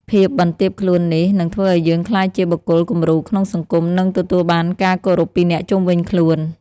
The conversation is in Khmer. ភាពបន្ទាបខ្លួននេះ នឹងធ្វើឲ្យយើងក្លាយជា បុគ្គលគំរូក្នុងសង្គម និងទទួលបានការគោរពពីអ្នកជុំវិញខ្លួន។